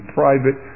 private